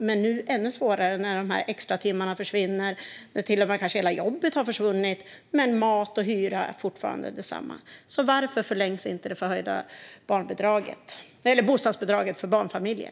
Nu har de det ännu svårare när extratimmarna försvinner och kanske hela jobbet har försvunnit medan mat och hyra fortfarande är detsamma. Varför förlängs inte det förhöjda bostadsbidraget för barnfamiljer?